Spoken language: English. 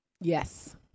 Yes